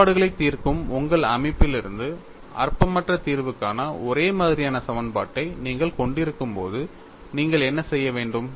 சமன்பாடுகளை தீர்க்கும் உங்கள் அமைப்பிலிருந்து அற்பமற்ற தீர்வுக்கான ஒரே மாதிரியான சமன்பாட்டை நீங்கள் கொண்டிருக்கும்போது நீங்கள் என்ன செய்ய வேண்டும்